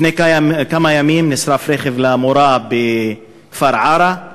לפני כמה ימים נשרף רכב של מורה בכפר עארה,